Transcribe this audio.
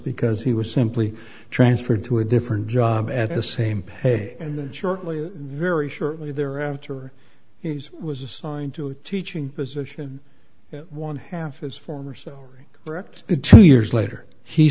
because he was simply transferred to a different job at the same pay and that shortly very shortly thereafter he's was assigned to a teaching position one half as former so wrecked it two years later he